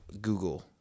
Google